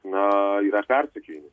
na yra persekiojami